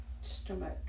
stomach